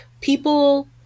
people